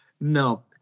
No